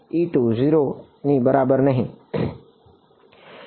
0 ની બરાબર નહીં